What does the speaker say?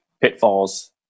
pitfalls